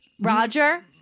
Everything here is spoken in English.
Roger